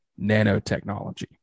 nanotechnology